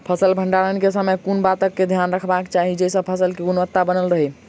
फसल भण्डारण केँ समय केँ कुन बात कऽ ध्यान मे रखबाक चाहि जयसँ फसल केँ गुणवता बनल रहै?